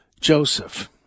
Joseph